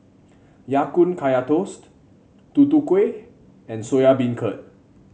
Ya Kun Kaya Toast Tutu Kueh and Soya Beancurd